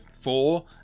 four